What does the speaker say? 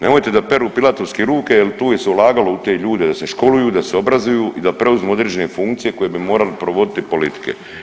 Nemojte da peru Pilatovski ruke jer tu je se ulagalo u te ljude da se školuju, da se obrazuju i da preuzmu određene funkcije koje bi morali provoditi politike.